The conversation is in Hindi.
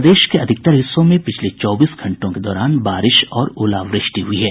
प्रदेश के अधिकतर हिस्सों में पिछले चौबीस घंटों के दौरान बारिश और ओलावृष्टि हुई है